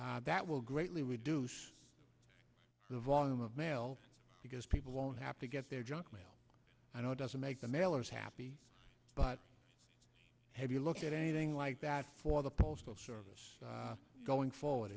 that will greatly reduce the volume of mail because people won't have to get their junk mail i don't doesn't make the mailers happy but have you looked at anything like that for the postal service going forward